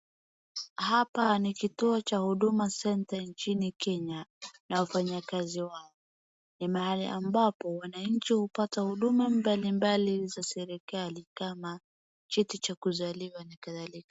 Hapa ni kituo cha huduma centre nchini Kenya na wafanyakazi wao. Ni mahali ambapo wananchi hupata huduma mbalimbali za serikali kama cheti cha kuzaliwa na kadhalika.